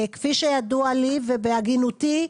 כפי שידוע לי, ובהגינותי,